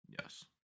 Yes